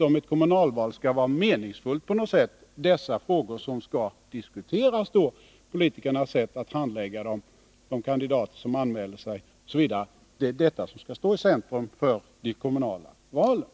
Om ett kommunalval skall vara meningsfullt, är det naturligtvis dessa frågor som skall diskuteras — politikernas sätt att handlägga dem, de kandidater som anmäler sig osv. Det är detta som skall stå i centrum för de kommunala valen.